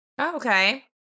Okay